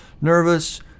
nervous